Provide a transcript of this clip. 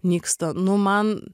nyksta nu man